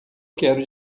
quero